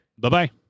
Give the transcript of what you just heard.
Bye-bye